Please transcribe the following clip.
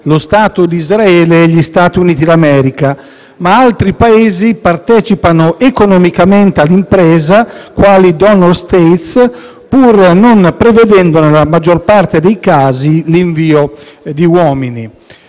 lo Stato di Israele e gli Stati Uniti d'America, ma altri Paesi partecipano economicamente all'impresa quali *donor State,* pur non prevedendo nella maggior parte dei casi l'invio di uomini.